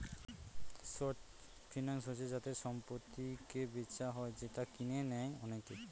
short finance হচ্ছে যাতে সম্পত্তিকে বেচা হয় যেটা কিনে নেয় অনেকে